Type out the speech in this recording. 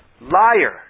Liar